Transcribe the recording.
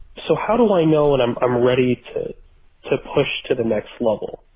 so how do i know when i'm um ready to to push to the next level?